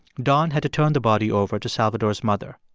don had to turn the body over to salvatore's mother,